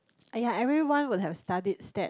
!aiya! everyone would have study Stat